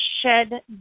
shed